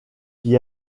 qui